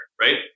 right